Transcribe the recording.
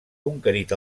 conquerit